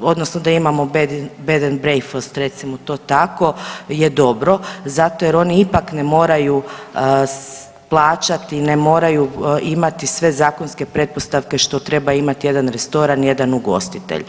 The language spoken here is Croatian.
odnosno da imamo jedan bed and breakfast recimo to tako je dobro zato jer oni ipak ne moraju plaćati, ne moraju imati sve zakonske pretpostavke što treba imati jedan restoran, jedan ugostitelj.